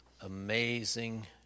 amazing